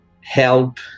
help